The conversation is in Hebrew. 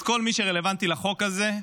את כל מי שרלוונטי לחוק הזה,